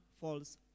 false